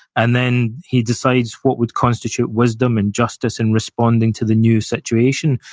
and then he decides what would constitute wisdom and justice in responding to the new situation.